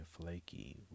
flaky